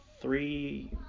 three